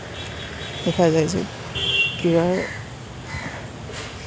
দেখা যায় যে ক্ৰীড়াৰ